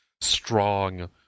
strong